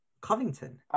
Covington